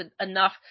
enough